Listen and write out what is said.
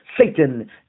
Satan